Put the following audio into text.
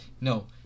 No